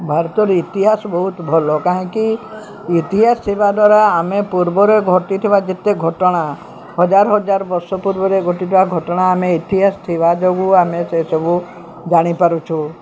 ଭାରତର ଇତିହାସ ବହୁତ ଭଲ କାହିଁକି ଇତିହାସ ଥିବା ଦ୍ୱାରା ଆମେ ପୂର୍ବରେ ଘଟିଥିବା ଯେତେ ଘଟଣା ହଜାର ହଜାର ବର୍ଷ ପୂର୍ବରେ ଘଟିଥିବା ଘଟଣା ଆମେ ଇତିହାସ ଥିବା ଯୋଗୁଁ ଆମେ ସେସବୁ ଜାଣିପାରୁଛୁ